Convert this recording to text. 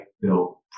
built